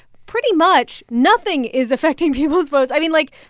pretty much nothing is affecting people's votes. i mean, like,